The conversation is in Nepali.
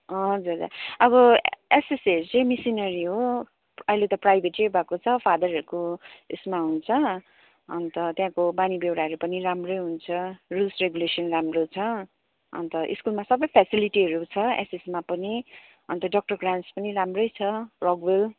हजुर हजुर अब एसएसएहरू चाहिँ मिसिनरी हो अहिले त प्राइभेटै भएको छ फादरहरूको यसमा हुन्छ अन्त त्यहाँको बानी व्यवहारहरू पनि राम्रै हुन्छ रुल्स रेगुलेसन राम्रो छ अन्त स्कुलमा सबै फ्यासिलिटीहरू छ एसएएसमा पनि अन्त डक्टर ग्राम्समा पनि राम्रै छ रकभेल